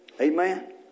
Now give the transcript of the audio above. Amen